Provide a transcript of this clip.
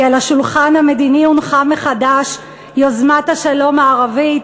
כי על השולחן המדיני הונחה מחדש יוזמת השלום הערבית,